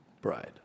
bride